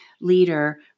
leader